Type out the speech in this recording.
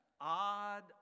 Odd